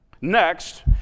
Next